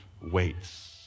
waits